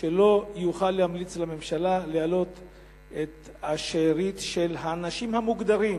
שהוא לא יוכל להמליץ לממשלה להעלות את השארית של האנשים המוגדרים